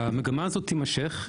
המגמה הזאת תימשך,